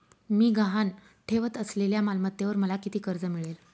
मी गहाण ठेवत असलेल्या मालमत्तेवर मला किती कर्ज मिळेल?